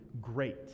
great